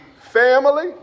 Family